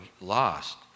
lost